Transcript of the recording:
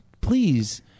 Please